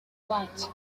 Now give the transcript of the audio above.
white